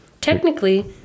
Technically